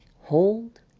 Hold